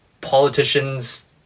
politicians